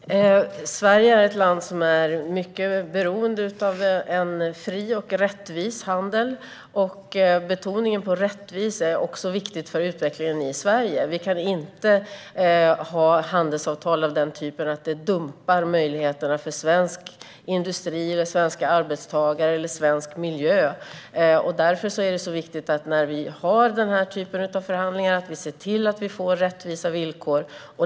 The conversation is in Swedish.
Fru talman! Sverige är ett land som är mycket beroende av en fri och rättvis handel. Betoningen på rättvis är också viktigt för utvecklingen i Sverige. Vi kan inte ha handelsavtal av den typen att det dumpar möjligheterna för svensk industri, svenska arbetstagare eller svensk miljö. Därför är det viktigt att vi när vi har den här typen av förhandlingar ser till att få rättvisa villkor.